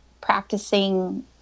practicing